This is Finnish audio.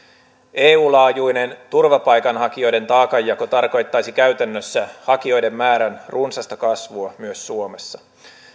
eu laajuinen turvapaikanhakijoiden taakanjako tarkoittaisi käytännössä hakijoiden määrän runsasta kasvua myös suomessa